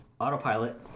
autopilot